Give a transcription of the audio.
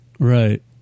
Right